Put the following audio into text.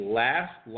last